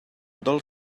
del